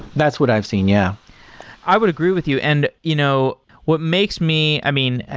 that's what i've seen, yeah i would agree with you, and you know what makes me i mean,